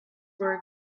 were